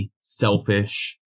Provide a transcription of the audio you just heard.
selfish